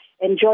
enjoy